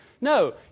No